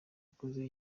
akoze